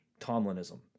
Tomlinism